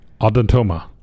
odontoma